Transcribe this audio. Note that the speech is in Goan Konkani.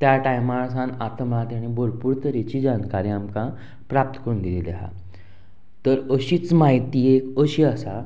त्या टायमार सान आतां म्हळ्या ताणें भरपूर तरेची जानकारी आमकां प्राप्त करून दिलेली आहा तर अशीच म्हायती एक अशी आसा